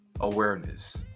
awareness